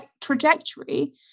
trajectory